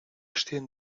stehen